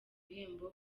ibihembo